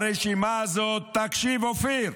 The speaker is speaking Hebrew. ברשימה הזאת, תקשיב, אופיר,